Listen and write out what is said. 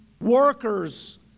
workers